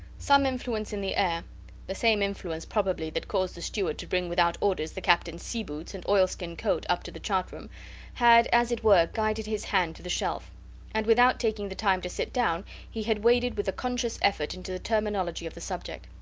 some influence in the air the same influence, probably, that caused the steward to bring without orders the captains sea-boots and oilskin coat up to the chart-room had as it were guided his hand to the shelf and without taking the time to sit down he had waded with a conscious effort into the terminology of the subject.